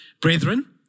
Brethren